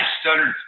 stuttered